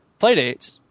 playdates